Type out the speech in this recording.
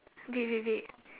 babe babe babe